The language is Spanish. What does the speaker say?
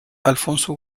alfonso